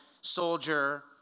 soldier